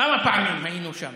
כמה פעמים היינו שם.